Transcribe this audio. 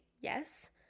yes